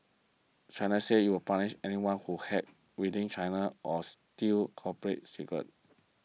China says you will punish anyone who hacks within China or steals corporate secrets